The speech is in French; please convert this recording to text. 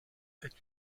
est